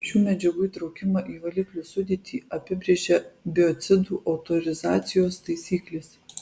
šių medžiagų įtraukimą į valiklių sudėtį apibrėžia biocidų autorizacijos taisyklės